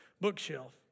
bookshelf